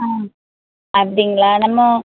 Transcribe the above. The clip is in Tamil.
ஆ அப்படிங்களா நம்ம